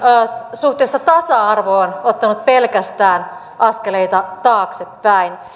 suhteessa tasa arvoon ottanut pelkästään askeleita taaksepäin